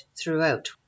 throughout